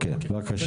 בבקשה.